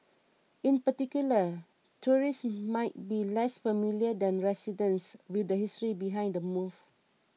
in particular tourists might be less familiar than residents with the history behind the move